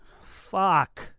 Fuck